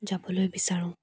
যাবলৈ বিচাৰোঁ